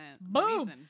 boom